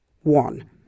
one